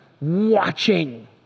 watching